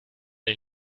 een